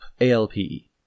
A-L-P-E